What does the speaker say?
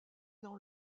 dans